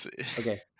okay